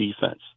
defense